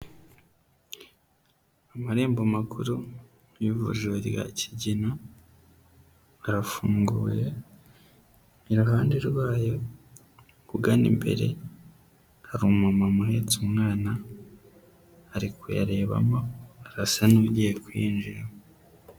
Amarembo makuru y'ubujuri ya kigina arafunguye, iruhande rwayo ugana imbere hari umumama uhetse umwana ari kuyarebamo arasa n'ugiye kuyinjira.